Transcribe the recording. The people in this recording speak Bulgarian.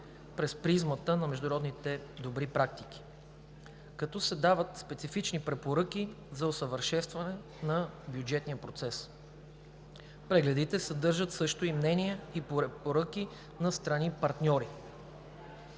през призмата на международните добри практики, като се дават специфични препоръки за усъвършенстване на бюджетния процес. Прегледите съдържат също и мнения и препоръки на страни-партньори.